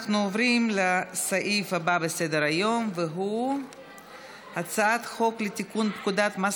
אנחנו עוברים לסעיף הבא בסדר-היום והוא הצעת חוק לתיקון פקודת מס